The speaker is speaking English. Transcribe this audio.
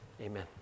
Amen